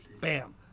Bam